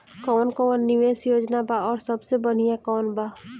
कवन कवन निवेस योजना बा और सबसे बनिहा कवन बा?